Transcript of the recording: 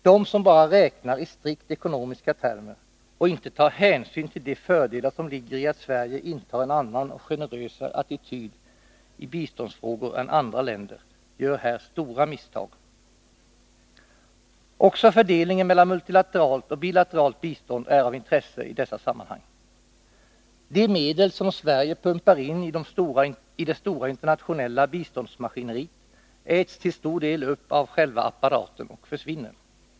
De som bara räknar i strikt ekonomiska termer och inte tar hänsyn till de fördelar som ligger i att Sverige intar en annan och generösare attityd i biståndsfrågor än andra länder gör här stora misstag. Också fördelningen mellan multilateralt och bilateralt bistånd är av intresse i dessa sammanhang. De medel som Sverige pumpar in i det stora internationella biståndsmaskineriet äts till stor del upp av själva apparaten och försvinner.